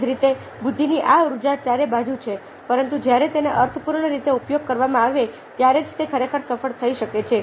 એવી જ રીતે બુદ્ધિની આ ઉર્જા ચારે બાજુ છે પરંતુ જ્યારે તેનો અર્થપૂર્ણ રીતે ઉપયોગ કરવામાં આવે ત્યારે જ તે ખરેખર સફળ થઈ શકે છે